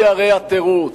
היא הרי התירוץ,